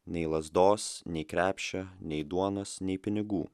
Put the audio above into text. nei lazdos nei krepšio nei duonos nei pinigų